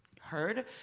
heard